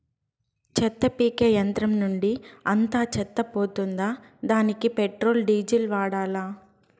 చెత్త పీకే యంత్రం నుండి అంతా చెత్త పోతుందా? దానికీ పెట్రోల్, డీజిల్ వాడాలా?